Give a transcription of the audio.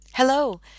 Hello